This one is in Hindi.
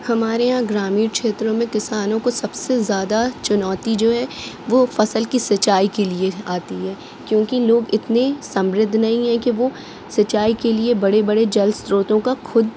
हमारे यहाँ ग्रामीण क्षेत्रों में किसानों को सबसे ज़्यादा चुनौती जो है वो फ़सल की सिंचाई के लिए आती है क्योंकि लोग इतने समृद्ध नहीं है कि वो सिंचाई के लिए बड़े बड़े जलस्रोतों का खुद